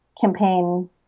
campaign